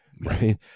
right